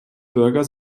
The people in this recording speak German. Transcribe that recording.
bürger